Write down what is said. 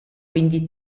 quindi